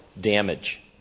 Damage